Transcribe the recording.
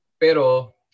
Pero